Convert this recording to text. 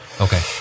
Okay